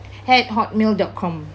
hat hotmail dot com